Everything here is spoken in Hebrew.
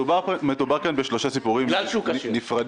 מדובר כאן בשלושה סיפורים נפרדים.